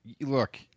look